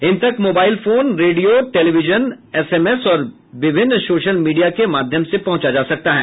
इन तक mobile phone रेडियों television SMS और विभिन्न सोशल मीडिया के माध्यम से पहुंचा जा सकता है